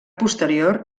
posterior